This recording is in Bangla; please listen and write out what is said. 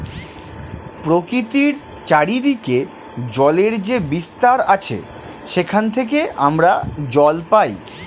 প্রকৃতির চারিদিকে জলের যে বিস্তার আছে সেখান থেকে আমরা জল পাই